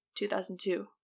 2002